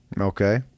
Okay